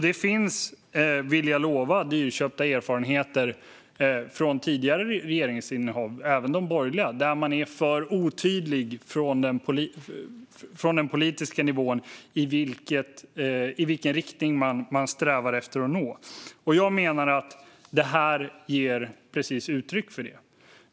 Det finns, vill jag lova, dyrköpta erfarenheter från tidigare regeringar - även borgerliga - där man är för otydlig från den politiska nivån när det gäller vilken riktning man strävar efter och vad man vill nå. Jag menar att detta ger uttryck precis för det.